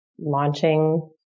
launching